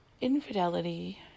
infidelity